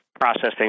processing